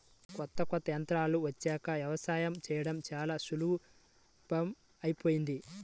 కొత్త కొత్త యంత్రాలు వచ్చాక యవసాయం చేయడం చానా సులభమైపొయ్యింది